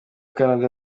canada